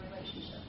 relationship